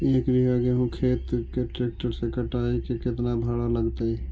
एक बिघा गेहूं के खेत के ट्रैक्टर से कटाई के केतना भाड़ा लगतै?